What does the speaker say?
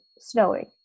snowing